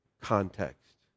context